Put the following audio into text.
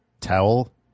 towel